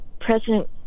President